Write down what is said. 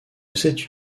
cette